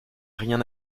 rien